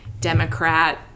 Democrat